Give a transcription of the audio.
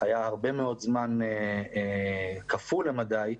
שהיה הרבה מאוד זמן קפוא למדי.